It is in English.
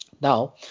now